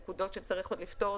נקודות שצריך עוד לפתור,